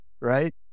right